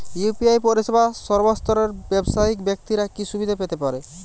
UPI পরিসেবা সর্বস্তরের ব্যাবসায়িক ব্যাক্তিরা কি সুবিধা পেতে পারে?